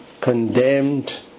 condemned